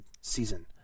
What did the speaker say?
season